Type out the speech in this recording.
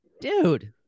Dude